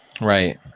right